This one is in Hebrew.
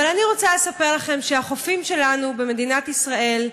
אבל אני רוצה לספר לכם שהחופים שלנו במדינת ישראל,